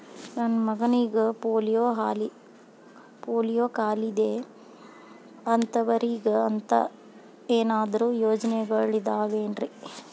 ನನ್ನ ಮಗನಿಗ ಪೋಲಿಯೋ ಕಾಲಿದೆ ಅಂತವರಿಗ ಅಂತ ಏನಾದರೂ ಯೋಜನೆಗಳಿದಾವೇನ್ರಿ?